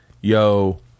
yo